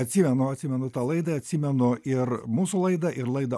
atsimenu atsimenu tą laidą atsimenu ir mūsų laidą ir laidą